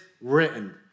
written